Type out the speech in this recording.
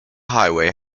highway